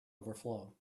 overflow